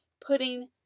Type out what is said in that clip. putting